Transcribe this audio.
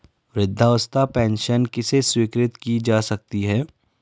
वृद्धावस्था पेंशन किसे स्वीकृत की जा सकती है?